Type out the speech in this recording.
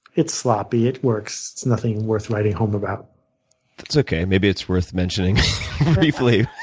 it's sloppy. it works. nothing worth writing home about. that's okay maybe it's worth mentioning briefly,